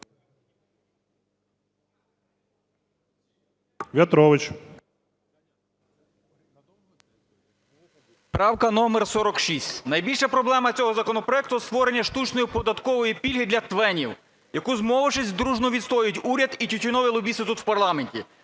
В.М. Правка номер 46. Найбільша проблема цього законопроекту – створення штучної податкової пільги для ТВЕНів, яку, змовившись дружньо, відстоюють уряд і тютюнові лобісти тут в парламенті.